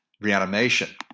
Reanimation